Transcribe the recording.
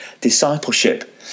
discipleship